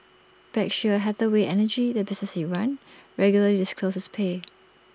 Berkshire Hathaway energy the business he ran regularly disclosed his pay